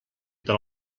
per